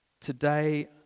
today